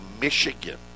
Michigan